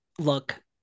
Look